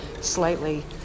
slightly